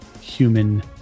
human